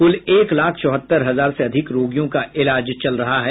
कुल एक लाख चौहत्तर हजार से अधिक रोगियों का इलाज चल रहा है